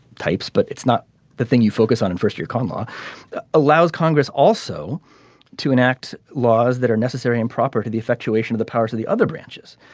types but it's not the thing you focus on in first year. common law allows congress also to enact laws that are necessary and proper to the evacuation of the powers of the other branches.